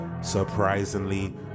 surprisingly